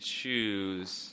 choose